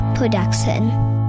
production